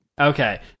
Okay